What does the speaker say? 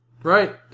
Right